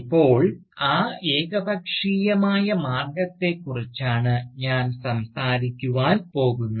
ഇപ്പോൾ ആ ഏകപക്ഷീയമായ മാർഗ്ഗത്തെക്കുറിച്ചാണ് ഞാൻ സംസാരിക്കാൻ പോകുന്നു